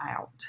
out